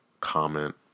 comment